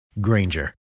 Granger